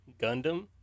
Gundam